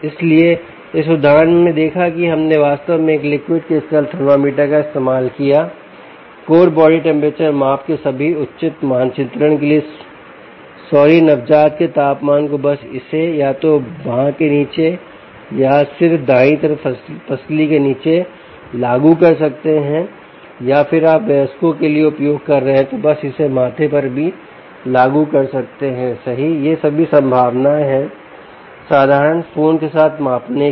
इसलिए इस उदाहरण में हमने देखा कि हमने वास्तव में एक लिक्विड क्रिस्टल थर्मामीटर का इस्तेमाल किया कोर बॉडी टेम्परेचर माप के सभी उचित मानचित्रण के लिए सॉरी नवजात के तापमान को बस इसे या तो बांह के नीचे या सिर्फ दाहिनी तरफ पसली के नीचे लागू कर सकते हैं या फिर आप वयस्कों के लिए उपयोग कर रहे हैं आप बस इसे माथे पर भी लागू कर सकते हैं सही यह सभी संभावनाएं हैं साधारण फोन के साथ मापने की